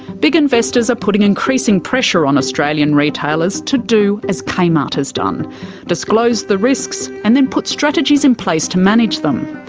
big investors are putting increasing pressure on australian retailers to do as kmart has done disclose the risks and then put strategies in place to manage them.